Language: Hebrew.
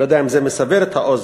אני לא יודע אם זה מסבר את האוזן,